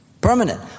Permanent